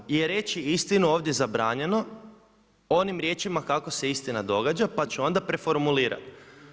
Možda je reći istinu ovdje zabranjeno onim riječima kako se istina događa pa ću ona preformulirati.